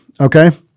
Okay